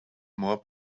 more